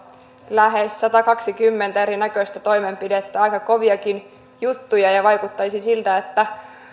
lähes satakaksikymmentä erinäköistä toimenpidettä aika koviakin juttuja ja vaikuttaisi siltä että